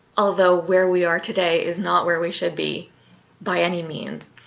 although where we are today is not where we should be by any means,